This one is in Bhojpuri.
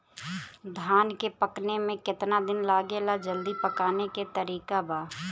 धान के पकने में केतना दिन लागेला जल्दी पकाने के तरीका बा?